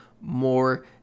more